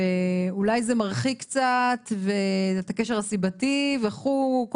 ואולי זה מרחיק קצת את הקשר הסיבתי וכו' .